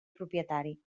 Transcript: propietari